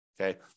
Okay